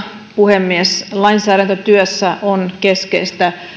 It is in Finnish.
puhemies lainsäädäntötyössä on keskeistä